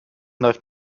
läuft